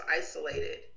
isolated